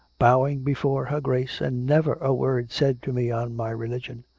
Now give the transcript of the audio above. bowing before her grace, and never a word said to me on my religion.